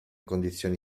condizioni